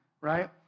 right